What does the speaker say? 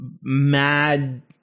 mad